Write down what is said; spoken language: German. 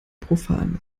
profan